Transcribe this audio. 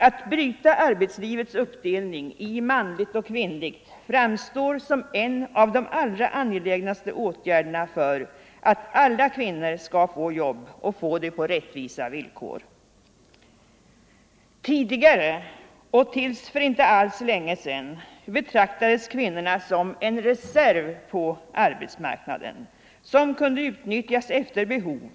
Att bryta arbetslivets uppdelning i manligt och kvinnligt - Nr 130 framstår som en av de allra angelägnaste åtgärderna för att alla kvinnor Torsdagen den skall få jobb och få det på rättvisa villkor. 28:november 1974 Tidigare och till för inte alls så länge sedan betraktades kvinnorna =— de som en reserv på arbetsmarknaden som kunde utnyttjas vid behov.